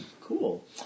Cool